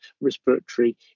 respiratory